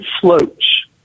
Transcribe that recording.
floats